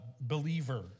believer